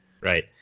Right